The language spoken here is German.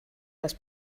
das